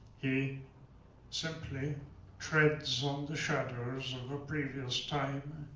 he simply treads on the shadows of a previous time.